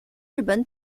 日本